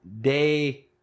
day